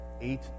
eight